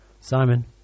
Simon